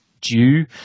due